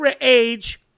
age